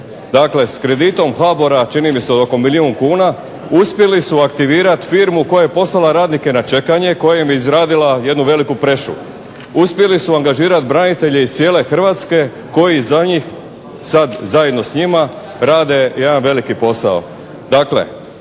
Dakle, s kreditom HBOR-a čini mi se od oko milijun kuna uspjeli su aktivirati firmu koja je poslala radnike na čekanje i koja im je izradila jednu veliku prešu. Uspjeli su angažirati branitelje iz cijele Hrvatske koji za njih sad zajedno s njima rade jedan veliki posao